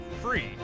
free